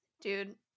Dude